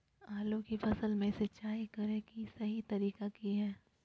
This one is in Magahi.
आलू की फसल में सिंचाई करें कि सही तरीका की हय?